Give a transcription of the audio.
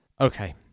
Okay